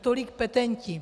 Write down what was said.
Tolik petenti.